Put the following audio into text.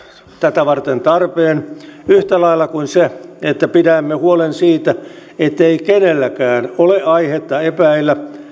tätä varten tarpeen yhtä lailla kuin se että pidämme huolen siitä ettei kenelläkään ole aihetta epäillä